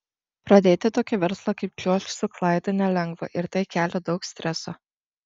pradėti tokį verslą kaip čiuožk su klaidu nelengva ir tai kelia daug streso